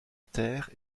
terre